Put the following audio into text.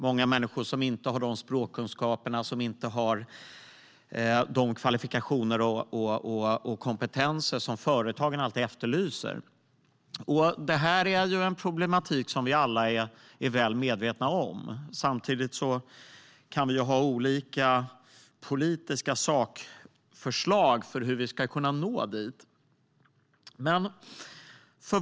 Många av dem har inte de språkkunskaper, kvalifikationer eller kompetenser som företagen efterlyser. Det här är en problematik som vi alla är väl medvetna om. Samtidigt kan vi ha olika politiska sakförslag för hur vi ska kunna nå dit.